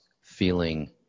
feeling